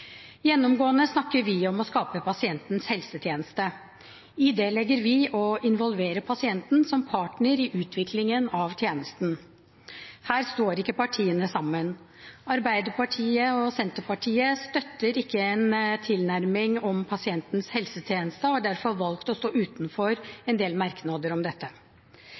Gjennomgående snakker vi om å skape pasientens helsetjeneste. I det legger vi å involvere pasienten som partner i utviklingen av tjenesten. Her står ikke partiene sammen. Arbeiderpartiet og Senterpartiet støtter ikke en slik tilnærming, om pasientens helsetjeneste, og har derfor valgt å stå utenfor en del merknader om dette.